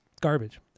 garbage